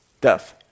death